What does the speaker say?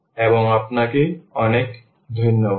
এবং আপনাকে অনেক ধন্যবাদ